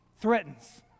threatens